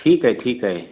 ठीक अइ ठीक अइ